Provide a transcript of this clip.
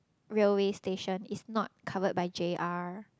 railway station is not covered by J_R